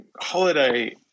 holiday